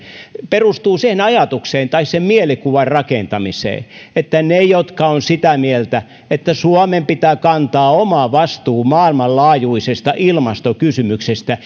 perustuu siihen ajatukseen tai sen mielikuvan rakentamiseen että ne jotka ovat sitä mieltä että suomen pitää kantaa oma vastuu maailmanlaajuisesta ilmastokysymyksestä